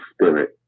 spirit